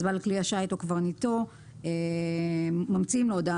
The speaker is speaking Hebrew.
בעל כלי השיט או קברניטו ממתין להודעה